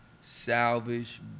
salvage